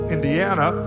Indiana